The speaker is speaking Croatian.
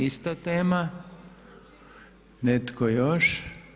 Ista tema, netko još?